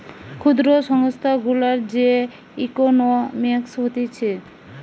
ক্ষুদ্র সংস্থা গুলার যে ইকোনোমিক্স হতিছে